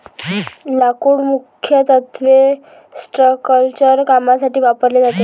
लाकूड मुख्यत्वे स्ट्रक्चरल कामांसाठी वापरले जाते